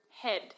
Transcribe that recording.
head